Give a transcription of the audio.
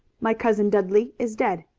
my cousin dudley is dead,